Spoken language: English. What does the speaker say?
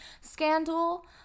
scandal